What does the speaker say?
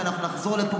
כשאנחנו נחזור לפה,